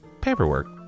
paperwork